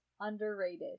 underrated